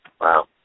Wow